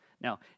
Now